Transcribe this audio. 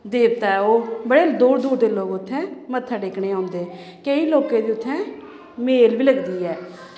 देवता ऐ ओह् बड़े दूर दूर दे लोग उत्थें मत्था टेकने गी औंदे केईं लोकें दी उत्थें मेल बी लगदी ऐ